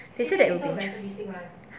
they said that